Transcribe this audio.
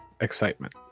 excitement